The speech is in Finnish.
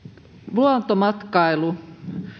luontomatkailu